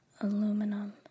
Aluminum